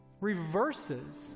reverses